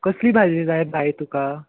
कसली भाजी जाय बाय तुका